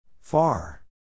Far